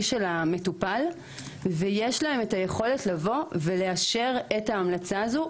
של המטופל ויש להם את היכולת לבוא ולאשר את ההמלצה הזאת.